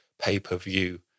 pay-per-view